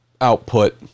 output